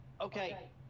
Okay